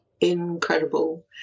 incredible